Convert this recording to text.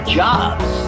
jobs